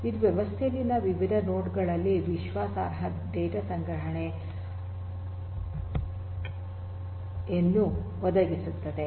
ಇದು ವ್ಯವಸ್ಥೆಯಲ್ಲಿನ ವಿವಿಧ ನೋಡ್ ಗಳಲ್ಲಿ ವಿಶ್ವಾಸಾರ್ಹ ಡೇಟಾ ಸಂಗ್ರಹಣೆಯನ್ನು ಒದಗಿಸುತ್ತದೆ